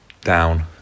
down